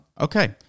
okay